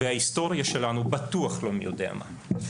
וההיסטוריה שלנו בטוח לא מי יודע מה.